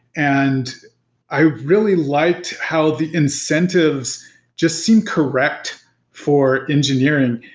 and i really liked how the incentives just seem correct for engineering.